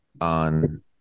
on